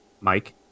Mike